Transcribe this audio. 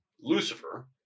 Lucifer